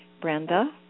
Brenda